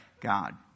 God